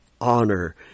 honor